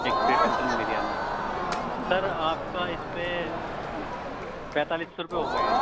ایک plate mutton biryani sir آپ کا اِس پہ پینتالیس سو روپے ہو گئے ہیں